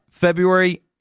February